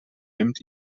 nimmt